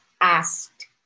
asked